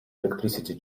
electricity